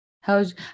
How's